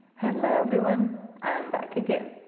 hello, everyone. i am back again.